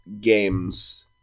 games